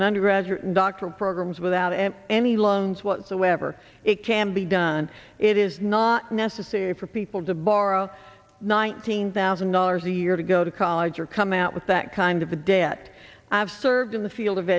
an undergraduate doctoral programs without and any loans whatsoever it can be done it is not necessary for people to borrow nineteen thousand dollars a year to go to college or come out with that kind of a debt i've served in the field of